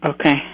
Okay